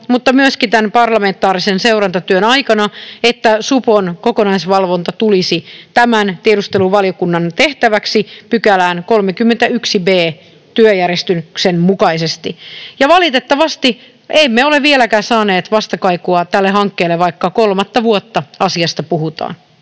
mutta myöskin tämän parlamentaarisen seurantatyön aikana, että supon kokonaisvalvonta tulisi tämän tiedusteluvaliokunnan tehtäväksi 31 b §:ään työjärjestyksen mukaisesti. Ja valitettavasti emme ole vieläkään saaneet vastakaikua tälle hankkeelle, vaikka kolmatta vuotta asiasta puhutaan.